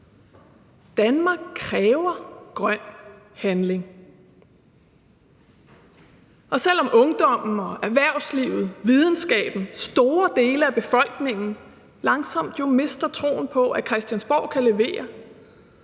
Danmark kræver grøn handling. Og selv om ungdommen, erhvervslivet, videnskaben, store dele af befolkningen jo langsomt mister troen på, at Christiansborg kan levere,